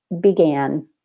began